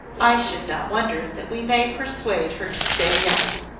i should not wonder that we may persuade her to stay yet.